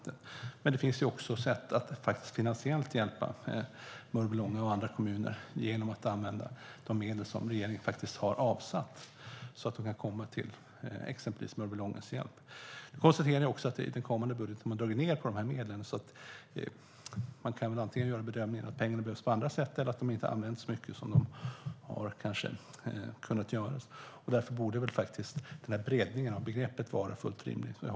Men det finns också sätt att finansiellt hjälpa Mörbylånga och andra kommuner genom att använda de medel som regeringen har avsatt. Jag konstaterar också att man i den kommande budgeten har dragit ned på dessa medel. Man kan väl antingen göra bedömningen att pengarna behövs på andra sätt eller konstatera att de inte används mycket. Mot den bakgrunden är väl breddningen av begreppet fullt rimlig.